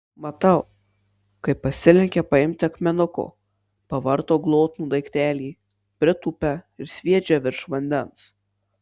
matau kaip pasilenkia paimti akmenuko pavarto glotnų daiktelį pritūpia ir sviedžia virš vandens